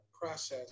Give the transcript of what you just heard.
process